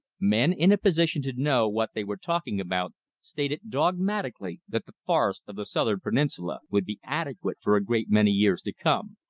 men in a position to know what they were talking about stated dogmatically that the forests of the southern peninsula would be adequate for a great many years to come.